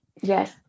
Yes